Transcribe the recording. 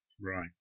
Right